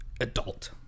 adult